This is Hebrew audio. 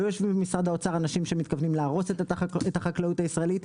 לא יושבים במשרד האוצר אנשים שמתכוונים להרוס את החקלאות הישראלית,